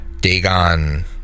Dagon